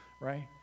right